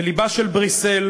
בלבה של בריסל,